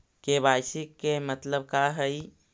KYC के मतलब का हई?